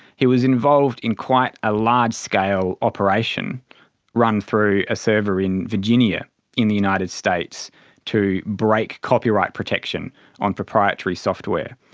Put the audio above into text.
he was involved in quite a large-scale operation run through a server in virginia in the united states to break copyright protection on proprietary software.